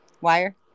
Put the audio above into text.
wire